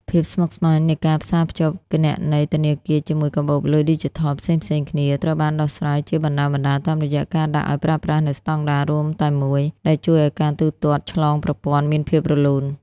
ភាពស្មុគស្មាញនៃការផ្សារភ្ជាប់គណនីធនាគារជាមួយកាបូបលុយឌីជីថលផ្សេងៗគ្នា ត្រូវបានដោះស្រាយជាបណ្ដើរៗតាមរយៈការដាក់ឱ្យប្រើប្រាស់នូវស្តង់ដាររួមតែមួយ ដែលជួយឱ្យការទូទាត់ឆ្លងប្រព័ន្ធមានភាពរលូន។